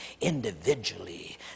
individually